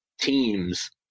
teams